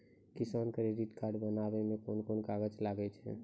किसान credit card बनाबै मे कोन कोन कागज लागै छै?